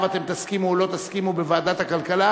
אתם תסכימו או לא תסכימו בוועדת הכלכלה,